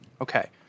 Okay